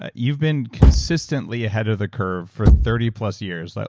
ah you've been consistently ahead of the curve for thirty plus years, like